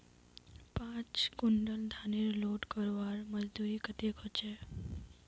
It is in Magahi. पाँच कुंटल धानेर लोड करवार मजदूरी कतेक होचए?